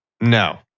No